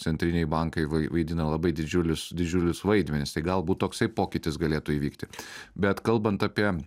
centriniai bankai vai vaidina labai didžiulius didžiulius vaidmenis tai galbūt toksai pokytis galėtų įvykti bet kalbant apie